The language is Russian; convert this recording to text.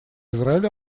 израиль